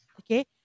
Okay